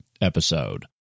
episode